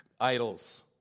idols